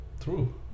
True